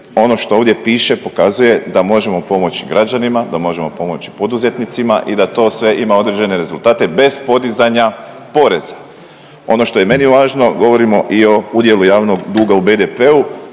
ono što ovdje piše pokazuje da možemo pomoći građanima, da možemo pomoći poduzetnicima i da to sve ima određene rezultate bez podizanja poreza. Ono što je meni važno govorimo i o udjelu javnog duga u BDP-u